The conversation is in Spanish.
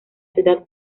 ciudad